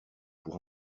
pour